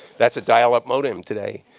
that's a dialup modem today.